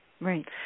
Right